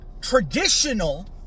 traditional